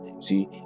See